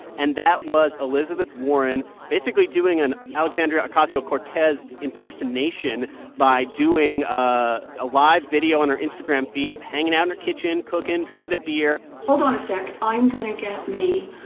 and that was elizabeth warren basically doing an alexandria ocasio-cortez impersonation by doing ah a live video on and her instagram feed of hanging out her kitchen, cooking, drinking a beer hold on a sec. i'm going to get me